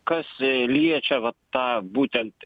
kas liečia vat tą būtent